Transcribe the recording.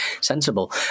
sensible